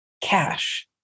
cash